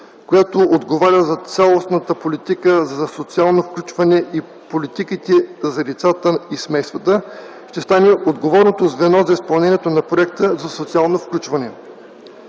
която отговаря за цялостната политика за социално включване и политиките за децата и семейството, ще стане отговорното звено за изпълнение на проекта за социално включване.